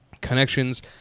connections